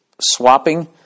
swapping